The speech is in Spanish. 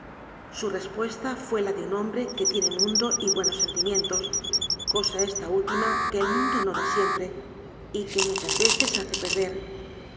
su respuesta fué la de un hombre que tiene mundo y buenos sentimientos cosa esta úl tima que el mundo no da siempre y que muchas veces hace perder